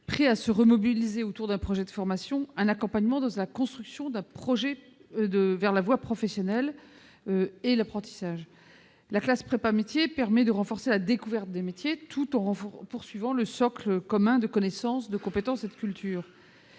prêts à se remobiliser autour d'un projet de formation, un accompagnement dans la construction d'un projet vers la voie professionnelle et l'apprentissage ; cette classe permet de renforcer la découverte des métiers tout en poursuivant l'acquisition du socle commun de connaissances, de compétences et de culture.